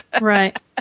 Right